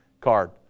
card